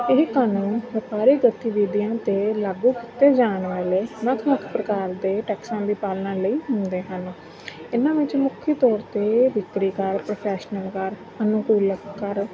ਇਹ ਕਾਨੂੰਨ ਵਪਾਰਕ ਗਤੀਵਿਧੀਆਂ 'ਤੇ ਲਾਗੂ ਕੀਤੇ ਜਾਣ ਵਾਲੇ ਵੱਖ ਵੱਖ ਪ੍ਰਕਾਰ ਦੇ ਟੈਕਸਾਂ ਦੀ ਪਾਲਣਾ ਲਈ ਹੁੰਦੇ ਹਨ ਇਹਨਾਂ ਵਿੱਚ ਮੁੱਖ ਤੌਰ 'ਤੇ ਵਿਕਰੀ ਕਰ ਪ੍ਰੋਫੈਸ਼ਨਲ ਕਰ ਅਨੁਕੂਲਤ ਕਰ